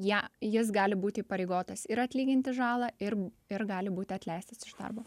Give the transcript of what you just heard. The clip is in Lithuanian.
ją jis gali būti įpareigotas ir atlyginti žalą ir ir gali būti atleistas iš darbo